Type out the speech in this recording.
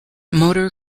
motor